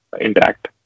interact